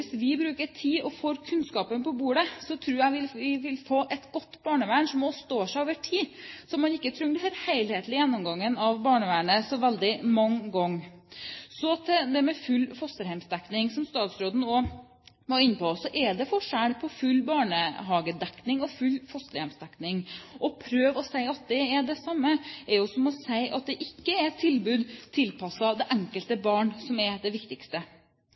bruker tid og får kunnskapen på bordet, vil vi få et godt barnevern som står seg over tid, slik at man ikke trenger disse helhetlige gjennomgangene av barnevernet så mange ganger. Så til full fosterhjemsdekning: Som statsråden også var inne på, er det forskjell på full barnehagedekning og full fosterhjemsdekning. Å prøve å si at det er det samme er jo som å si at det ikke er et tilbud tilpasset det enkelte barn som er det viktigste.